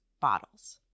bottles